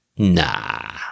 Nah